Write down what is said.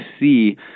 see